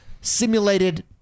simulated